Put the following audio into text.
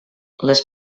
les